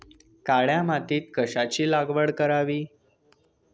काळ्या मातीत कशाची लागवड करावी?